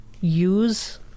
use